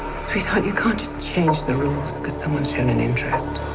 sweetheart, you can't just change the rules because someone's shown an interest.